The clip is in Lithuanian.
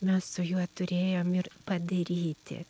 mes su juo turėjom ir padaryti